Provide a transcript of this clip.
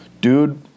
Dude